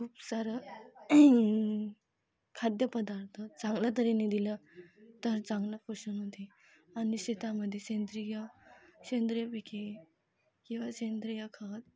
खूप सारं खाद्यपदार्थ चांगल्या तऱ्हेने दिलं तर चांगलं पोषण मिनते आणि शेतामध्ये सेंद्रिय सेंद्रिय पिके किंवा सेंद्रिय खत